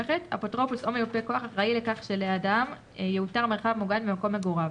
אפוטרופוס או מיופה כוח אחראי לכך שלאדם יאותר מרחב מוגן במקום מגוריו,